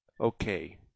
Okay